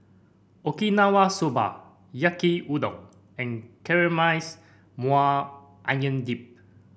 Okinawa Soba Yaki Udon and Caramelized Maui Onion Dip